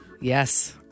Yes